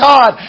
God